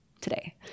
today